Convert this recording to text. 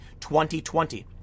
2020